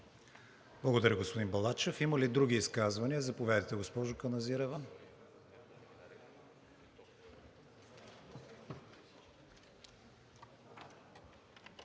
Благодаря, господин Балачев. Има ли други изказвания? Заповядайте госпожо Каназирева.